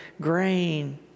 grain